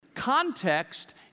context